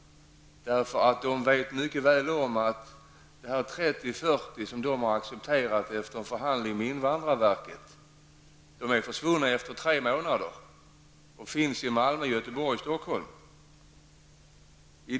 Det vet mycket väl att dessa 30 -- 40 personer som de efter förhandling med invandrarverket har accepterat att ta emot är försvunna efter tre månader. Dessa flyktingar har flyttat till Malmö, Göteborg eller Stockholm.